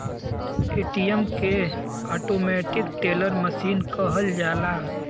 ATM के automatic teller machine कहल जाला